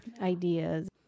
ideas